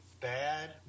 bad